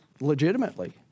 legitimately